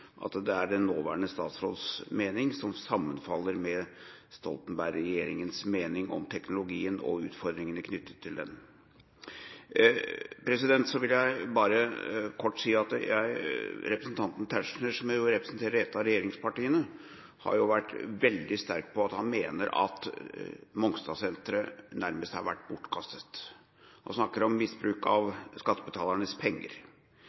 og slett at den nåværende statsråds mening sammenfaller med Stoltenberg-regjeringas mening om teknologien og utfordringene knyttet til den. Så vil jeg bare kort si at representanten Tetzschner, som representerer et av regjeringspartiene, har vært veldig tydelig på at han mener at Mongstad-senteret nærmest har vært bortkastet, og snakker om misbruk av skattebetalernes penger.